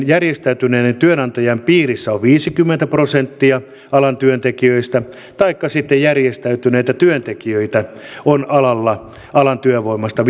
järjestäytyneiden työnantajien piirissä on viisikymmentä prosenttia alan työntekijöistä taikka sitten järjestäytyneitä työntekijöitä on alan työvoimasta